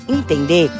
entender